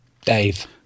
Dave